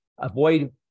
Avoid